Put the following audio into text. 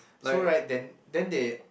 so right then then they